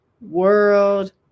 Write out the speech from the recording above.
world